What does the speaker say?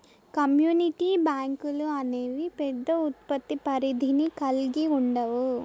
community బ్యాంకులు అనేవి పెద్ద ఉత్పత్తి పరిధిని కల్గి ఉండవు